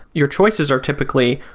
your choices are typically,